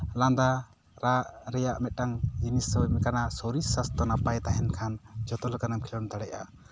ᱞᱟᱸᱫᱟ ᱨᱟᱜ ᱨᱮᱭᱟᱜ ᱢᱤᱫᱴᱟᱝ ᱡᱤᱱᱤᱥ ᱠᱟᱱᱟ ᱥᱚᱨᱤᱨ ᱥᱟᱥᱛᱷᱚ ᱱᱟᱯᱟᱭ ᱛᱟᱦᱮᱱ ᱠᱷᱟᱱ ᱡᱚᱛᱚ ᱞᱮᱠᱟᱱᱟᱜ ᱮᱢ ᱠᱷᱮᱞᱳᱰ ᱫᱟᱲᱮᱭᱟᱜᱼᱟ